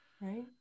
Right